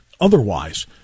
otherwise